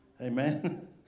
Amen